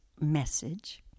message